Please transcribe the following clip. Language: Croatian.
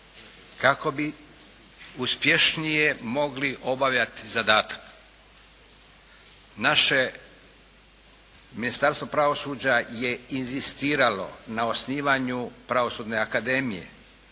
kako bi uspješnije mogli obavljati zadatak. Naše Ministarstvo pravosuđa je inzistiralo na osnivanju pravosudne akademije